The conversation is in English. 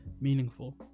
meaningful